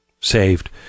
saved